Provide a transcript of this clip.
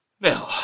Now